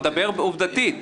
אבל עובדתית,